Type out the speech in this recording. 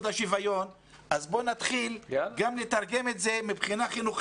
השוויון אז בואו נתרגם את זה לחינוך